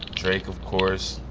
drake of course.